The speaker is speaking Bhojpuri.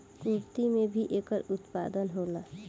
तुर्की में भी एकर उत्पादन होला